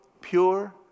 pure